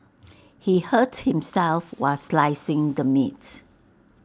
he hurt himself while slicing the meat